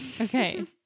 okay